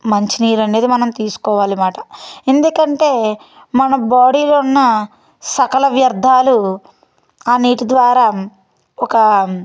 మంచి నీరు అనేది మనం తీసుకోవాలి అన్నమాట ఎందుకంటే మన బాడీలో ఉన్న సకల వ్యర్ధాలు ఆ నీటి ద్వారా ఒక